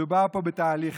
מדובר פה בתהליכים,